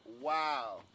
Wow